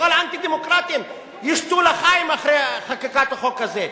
כל האנטי-דמוקרטים ישתו "לחיים" אחרי חקיקת החוק הזה,